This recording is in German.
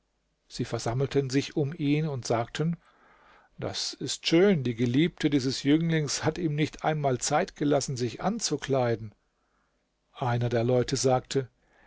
sie versammelten sich um ihn und sagten das ist schön die geliebte dieses jünglings hat ihm nicht einmal zeit gelassen sich anzukleiden einer der leute sagte